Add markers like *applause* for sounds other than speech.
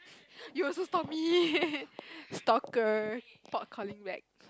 *breath* you also stalk me *laughs* stalker stop calling back